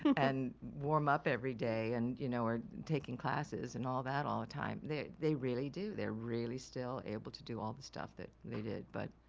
and warm up every day, and you know we're taking classes and all that all the time, they they really do. they're really still able to do all the stuff that they did, but.